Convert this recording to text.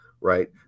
Right